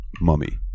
mummy